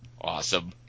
Awesome